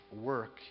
work